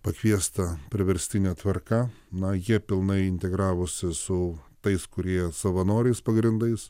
pakviesta priverstine tvarka na jie pilnai integravosi su tais kurie savanoriais pagrindais